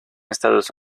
estados